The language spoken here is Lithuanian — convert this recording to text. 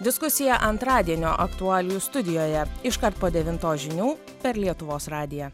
diskusiją antradienio aktualijų studijoje iškart po devintos žinių per lietuvos radiją